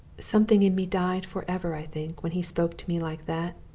something in me died for ever, i think, when he spoke to me like that.